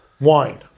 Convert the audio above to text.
wine